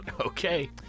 Okay